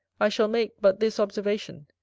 i shall make but this observation,